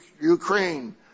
Ukraine